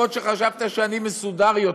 אפילו שחשבת שאני מסודר יותר.